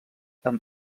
amb